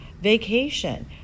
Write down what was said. vacation